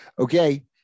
Okay